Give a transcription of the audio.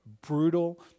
brutal